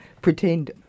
pretend